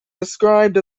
described